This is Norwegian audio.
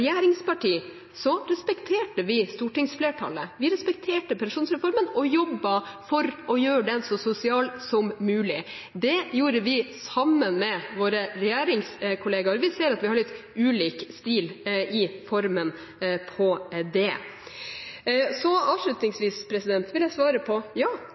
valget. Så er det klart at som regjeringsparti respekterte vi stortingsflertallet, vi respekterte pensjonsreformen og jobbet for å gjøre den så sosial som mulig. Det gjorde vi sammen med våre regjeringskolleger. Vi ser at vi har litt ulik stil når det gjelder det. Avslutningsvis vil jeg svare på om vi subsidiært vil støtte Fremskrittspartiets forslag: Ja,